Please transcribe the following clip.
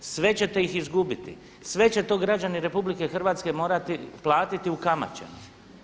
Sve će te ih izgubiti, sve će to građani RH morati platiti ukamaćeno.